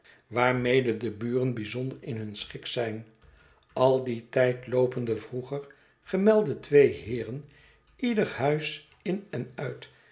waarmede de buren bijzonder in hun schik zijn al dien tijd loopen de vroeger gemelde twee heeren ieder huis in en uit